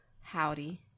Howdy